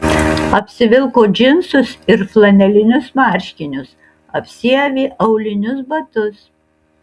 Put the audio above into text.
apsivilko džinsus ir flanelinius marškinius apsiavė aulinius batus